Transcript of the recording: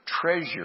Treasure